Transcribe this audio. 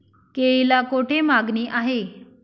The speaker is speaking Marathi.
केळीला कोठे मागणी आहे?